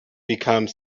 become